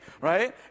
right